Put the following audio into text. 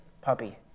puppy